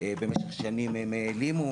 במשך שנים הם העלימו,